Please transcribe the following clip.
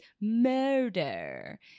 murder